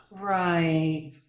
Right